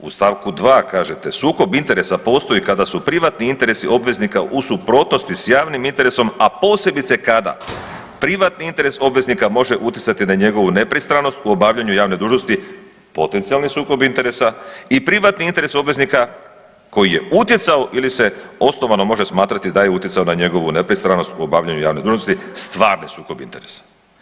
U stavku 2. kažete: „Sukob interesa postoji kada su privatni interesi obveznika u suprotnosti sa javnim interesom, a posebice kada privatni interes obveznika može utjecati na njegovu nepristranost u obavljanju javne dužnosti potencijalni sukob interesa i privatni interes obveznika koji je utjecao ili se osnovano može smatrati da je utjecao na njegovu nepristranost u obavljanju javne dužnosti, stvari sukob interesa.